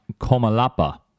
Comalapa